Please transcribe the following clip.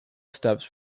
steps